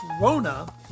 Rona